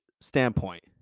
standpoint